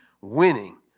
winning